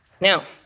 Now